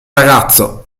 ragazzo